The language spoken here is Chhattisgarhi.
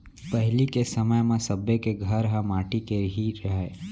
पहिली के समय म सब्बे के घर ह माटी के ही रहय